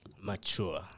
mature